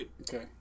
Okay